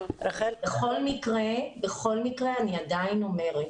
בכל מקרה, אני עדיין אומרת